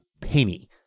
penny